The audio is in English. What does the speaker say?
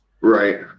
right